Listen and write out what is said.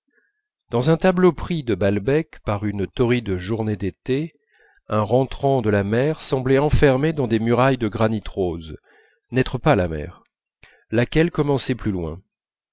dans un tableau pris de balbec par une torride journée d'été un rentrant de la mer semblait enfermé dans des murailles de granit rose n'être pas la mer laquelle commençait plus loin